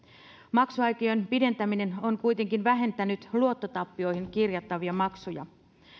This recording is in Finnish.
maksuaikojen pidentäminen on kuitenkin vähentänyt luottotappioihin kirjattavia maksuja